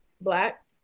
black